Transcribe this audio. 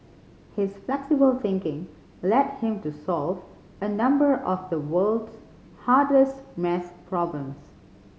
his flexible thinking led him to solve a number of the world's hardest maths problems